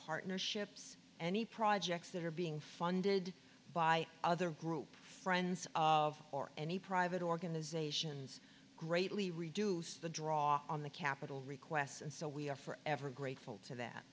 partnerships any projects that are being funded by other group friends of or any private organizations greatly reduce the draw on the capital requests and so we are forever grateful to that